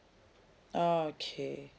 okay